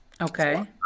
Okay